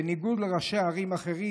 בניגוד לראשי ערים אחרים,